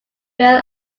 real